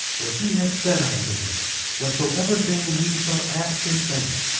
for he had said unto me whatsoever thing ye shall ask in faith,